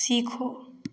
सीखो